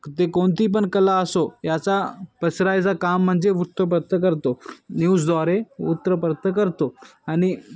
ते कोणती पण कला असो याचा पसरायचा काम म्हणजे वृत्तपत्र करतो न्यूजद्वारे वृत्तपत्र करतो आणि